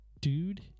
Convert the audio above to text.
Dude